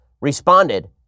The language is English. responded